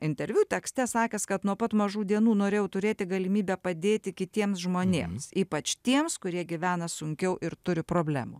interviu tekste sakęs kad nuo pat mažų dienų norėjau turėti galimybę padėti kitiems žmonėms ypač tiems kurie gyvena sunkiau ir turi problemų